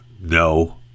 no